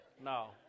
No